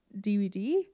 DVD